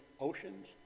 Oceans